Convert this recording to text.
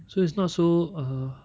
so it's not so err